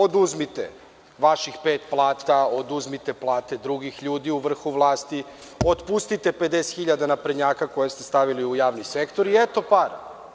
Oduzmite vaših pet plata, oduzmite plate drugih ljudi u vrhu vlasti, otpustite 50 hiljada naprednjaka koje ste stavili u javni sektor i eto para.